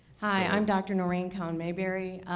hi, i'm dr. noreen con mayberry,